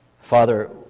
Father